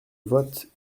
vote